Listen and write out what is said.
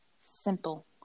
simple